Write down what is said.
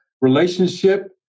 relationship